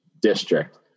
district